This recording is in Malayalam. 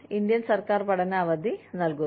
ഇന്ത്യൻ സർക്കാർ പഠന അവധി നൽകുന്നു